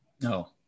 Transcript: No